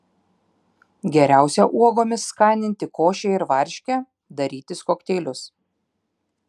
geriausia uogomis skaninti košę ir varškę darytis kokteilius